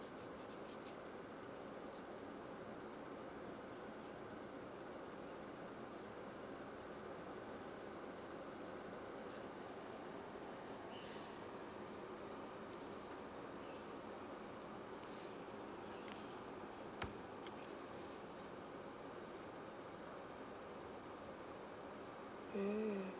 hmm